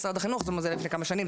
זה היה לפני כמה שנים,